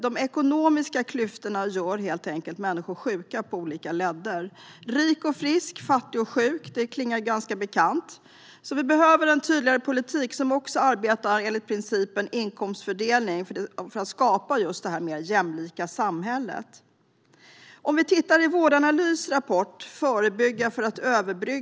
De ekonomiska klyftorna gör helt enkelt människor sjuka på olika ledder. Rik och frisk, fattig och sjuk, klingar ganska bekant. Vi behöver en tydligare politik som arbetar enligt principen inkomstfördelning för att skapa det mer jämlika samhället. Om vi tittar i Vårdanalys rapport Förebygga för att överbrygga?